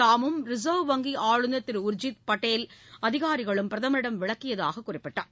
தாமும் ரிசர்வ் வங்கி ஆஞநர் திரு உர்ஜித் பட்டேல் மற்றும் அதிகாரிகளும் பிரதமரிடம் விளக்கியதாக குறிப்பிட்டார்